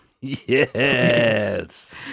Yes